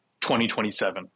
2027